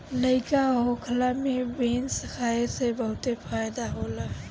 लइका होखला में बीन्स खाए से बहुते फायदा होला